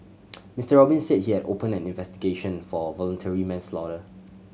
Mister Robin said he had opened an investigation for voluntary